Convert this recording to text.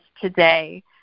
today